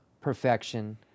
perfection